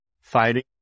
fighting